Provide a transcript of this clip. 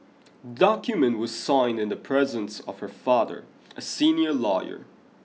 document was signed in the presence of her father a senior lawyer